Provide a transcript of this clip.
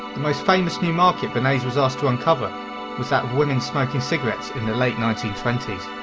most famous new market bernays was asked to uncover was that of women smoking cigarettes in the late nineteen twenty s.